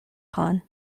pawn